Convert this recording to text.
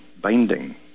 binding